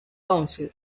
council